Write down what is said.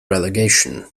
relegation